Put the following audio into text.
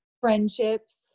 Friendships